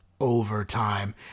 Overtime